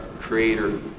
creator